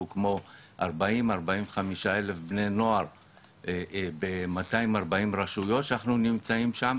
כמו 40,000-45,000 בני נוער ב-240 רשויות שאנחנו נמצאים שם,